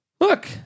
Look